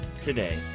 today